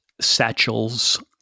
satchels